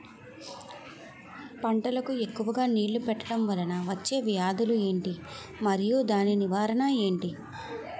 పంటలకు ఎక్కువుగా నీళ్లను పెట్టడం వలన వచ్చే వ్యాధులు ఏంటి? మరియు దాని నివారణ ఏంటి?